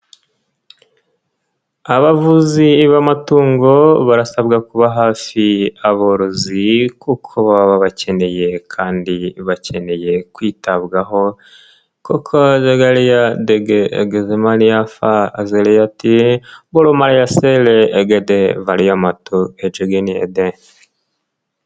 Abavuzi b'amatungo barasabwa kuba hafi y'aborozi kuko baba bakeneye kandi bakeneye kwitabwaho kuko gariamaania fa a azaati borma ya sale egude varia mato egegenneede.